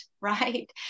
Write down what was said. right